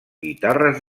guitarres